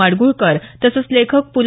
माडगूळकर तसंच लेखक प्